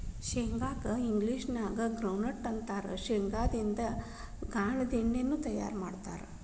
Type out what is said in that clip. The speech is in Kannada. ಶೇಂಗಾ ಕ್ಕ ಇಂಗ್ಲೇಷನ್ಯಾಗ ಗ್ರೌಂಡ್ವಿ ನ್ಯೂಟ್ಟ ಅಂತಾರ, ಶೇಂಗಾದಿಂದ ಗಾಂದೇಣ್ಣಿನು ತಯಾರ್ ಮಾಡ್ತಾರ